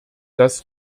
das